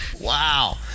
Wow